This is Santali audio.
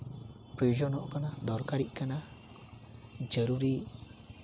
ᱯᱨᱳᱭᱳᱡᱚᱱᱚᱜ ᱠᱟᱱᱟ ᱫᱚᱨᱠᱟᱨᱚᱜ ᱠᱟᱱᱟ ᱡᱟᱹᱨᱩᱨᱤ